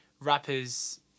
rappers